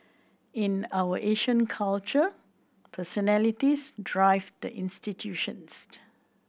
in our Asian culture personalities drive the institutions